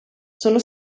sono